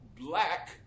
black